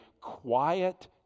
quiet